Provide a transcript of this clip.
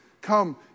Come